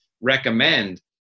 recommend